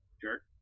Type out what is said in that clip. jerk